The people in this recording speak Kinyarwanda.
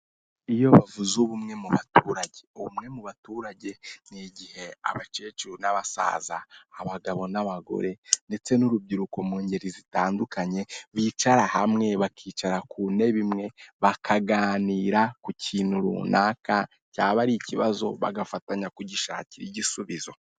Iyo bavuze ubumwe mu baturage, ubumwe mu baturage ni igihe abakecuru n'abasaza abagabo n'abagore ndetse n'urubyiruko mu ngeri zitandukanye bicara hamwe bakicara ku ntebe imwe bakaganira ku kintu runaka cyaba ari ikibazo bagafatanya kugishakira igisubizo.